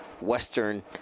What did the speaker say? western